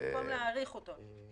במקום להאריך אותה.